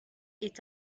est